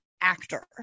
actor